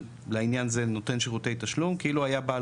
לעניין זה על נותן שירותי תשלום כאילו היה בעל